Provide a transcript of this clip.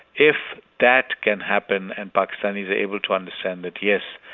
if that can happen and pakistanis are able to understand that yes,